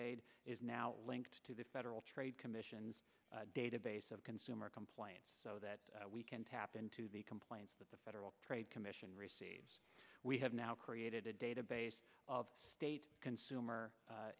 aid is now linked to the federal trade commission's database of consumer complaints so that we can tap into the complaints that the federal trade commission receives we have now created a database of state consumer